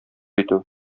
итү